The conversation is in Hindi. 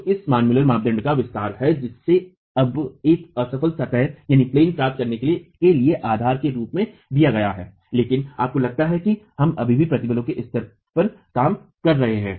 तो यह मान मुलर मानदंड का विस्तार है जिसे अब एक असफल सतह प्राप्त करने के लिए आधार के रूप में दिया गया है लेकिन आपको लगता है कि हम अभी भी प्रतिबलों के स्तर पर काम कर रहे हैं